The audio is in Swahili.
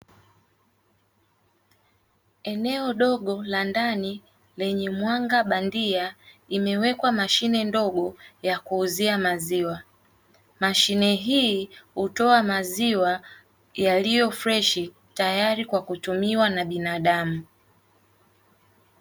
Eneo dogo la ndani lenye mwanga bandia imewekwa mashine ndogo ya kuuzia maziwa, mashine hii hutoa maziwa yaliyo freshi tayari kwa kutumiwa na binadamu.